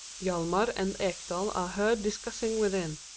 hjalmar and ekdal are heard discussing within.